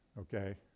okay